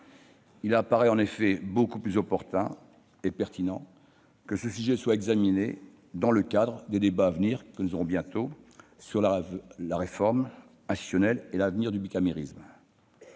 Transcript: Il apparaît en effet bien plus opportun et pertinent que ce sujet soit examiné dans le cadre des débats à venir sur les réformes institutionnelles et l'avenir du bicamérisme.